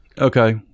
Okay